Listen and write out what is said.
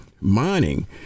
Mining